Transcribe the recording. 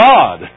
God